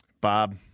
Bob